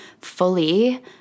fully